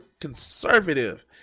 conservative